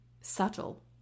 subtle